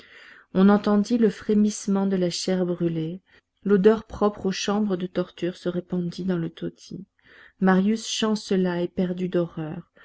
on entendit le frémissement de la chair brûlée l'odeur propre aux chambres de torture se répandit dans le taudis marius chancela éperdu d'horreur